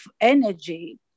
energy